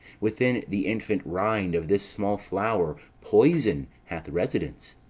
within the infant rind of this small flower poison hath residence,